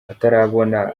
atarabona